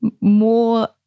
more